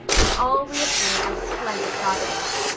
and all reappeared as splendid properties.